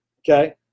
okay